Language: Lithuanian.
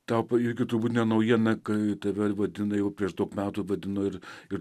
tą juk turbūt ne naujiena kai tave vadina jau prieš daug metų vadinu ir ir